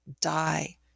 die